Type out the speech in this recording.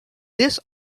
this